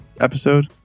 episode